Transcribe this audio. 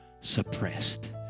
suppressed